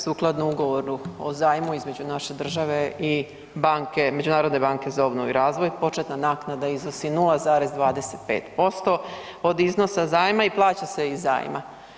Sukladno ugovoru o zajmu između naše države i banke, Međunarodne banke za obnovu i razvoj, početna naknada iznosi 0,25% od iznosa zajma i plaća se iz zajma.